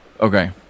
Okay